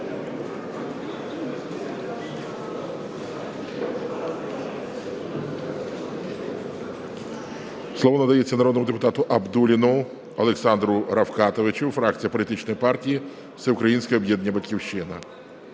Слово надається народному депутату Абдулліну Олександру Рафкатовичу, фракція політичної партії "Всеукраїнське об'єднання "Батьківщина".